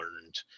learned